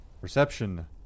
Perception